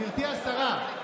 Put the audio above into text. גברתי השרה,